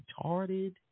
retarded